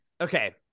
okay